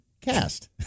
cast